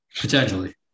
potentially